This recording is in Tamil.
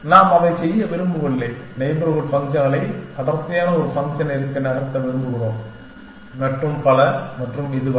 நாம் அதை செய்ய விரும்பவில்லை நெய்பர்ஹுட் ஃபங்க்ஷன்களை அடர்த்தியான ஒரு ஃபங்க்ஷனிற்கு நகர்த்த விரும்புகிறோம் மற்றும் பல மற்றும் இதுவரை